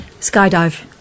skydive